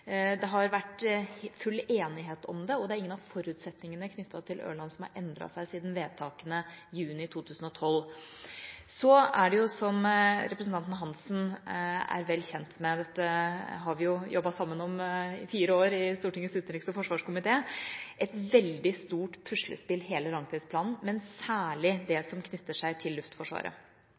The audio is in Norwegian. Det har vært full enighet om det, og det er ingen av forutsetningene knyttet til Ørland som har endret seg siden vedtakene i juni 2012. Som representanten Hansen er vel kjent med – dette har vi jobbet sammen om i Stortingets utenriks- og forsvarskomité i fire år – er hele langtidsplanen et veldig stort puslespill, og særlig det som knytter seg til Luftforsvaret.